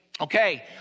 Okay